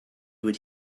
would